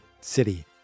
city